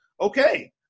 okay